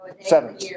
Seven